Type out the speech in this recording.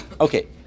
Okay